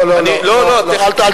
לא, לא, לא, לא, לא, אל תדאג.